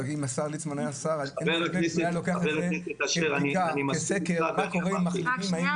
אבל אם השר ליצמן היה לוקח סקר מה קורה עם מחלימים,